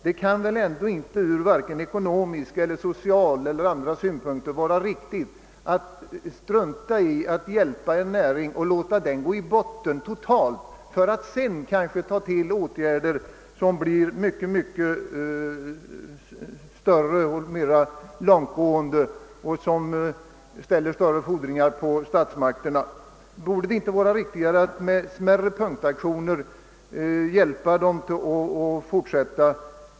Det kan varken ur ekonomiska, sociala eller andra synpunkter vara riktigt att strunta i att hjälpa en näring och låta den gå till botten för att sedan nödgas vidta åtgärder som blir mer långtgående och ställer större krav på statsmakterna.